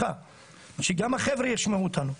שגם החבר'ה יישמעו אותנו.